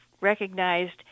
recognized